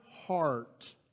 heart